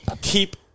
keep